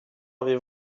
avez